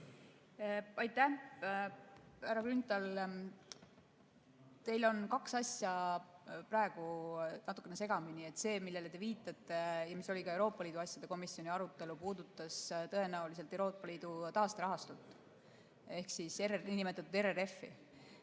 Aitäh! Härra Grünthal, teil on kaks asja praegu natukene segamini. See, millele te viitate ja mis oli ka Euroopa Liidu asjade komisjonis arutelu all, puudutas tõenäoliselt Euroopa Liidu taasterahastut ehk siis niinimetatud RRF-i,